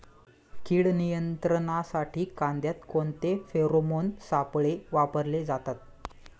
कीड नियंत्रणासाठी कांद्यात कोणते फेरोमोन सापळे वापरले जातात?